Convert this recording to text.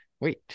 wait